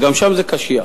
וגם שם זה קשיח.